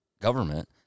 government